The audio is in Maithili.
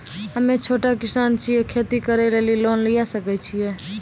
हम्मे छोटा किसान छियै, खेती करे लेली लोन लिये सकय छियै?